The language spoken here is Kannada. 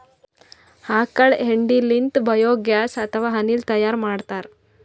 ಆಕಳ್ ಹೆಂಡಿ ಲಿಂತ್ ಬಯೋಗ್ಯಾಸ್ ಅಥವಾ ಅನಿಲ್ ತೈಯಾರ್ ಮಾಡ್ತಾರ್